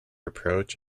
approach